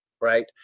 right